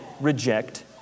reject